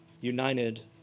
united